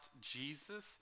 Jesus